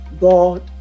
God